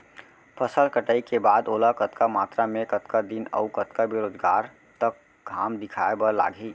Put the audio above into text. फसल कटाई के बाद ओला कतका मात्रा मे, कतका दिन अऊ कतका बेरोजगार तक घाम दिखाए बर लागही?